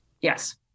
Yes